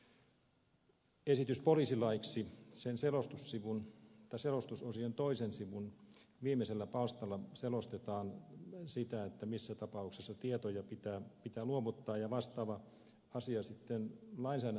tämän esityksen poliisilaiksi selostusosion toisen sivun viimeisellä palstalla selostetaan sitä missä tapauksessa tietoja pitää luovuttaa ja vastaavaa asia sitten maiseen